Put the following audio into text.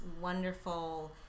wonderful